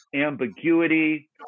ambiguity